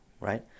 right